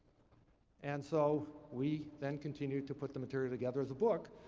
and so we, then, continued to put the material together as a book.